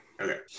Okay